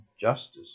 justice